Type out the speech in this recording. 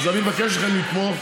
אז אני מבקש מכם לתמוך,